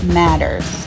matters